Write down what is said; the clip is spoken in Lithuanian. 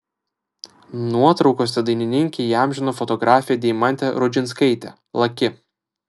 nuotraukose dainininkę įamžino fotografė deimantė rudžinskaitė laki